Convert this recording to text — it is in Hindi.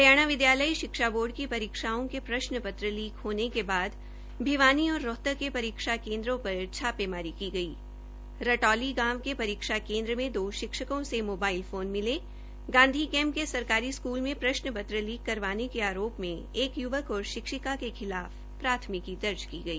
हरियाणा विदयालय शिक्षा बोर्ड की परीक्षाओं के प्रश्न पत्र लीक होने के बाद भिवानी और रोहतक के परीक्षा केन्द्रों पर छापेमारी की गई रटौली गांव के परीक्षा केन्द्र में दो शिक्षकों से मोबाइल फोन मिले गांधी कैंप के सरकारी स्कूल में प्रश्न पत्र लीक करवाने के आरोप में एक य्वक और शिक्षिका के खिलाफ प्राथमिकी दर्ज की गई